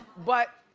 but,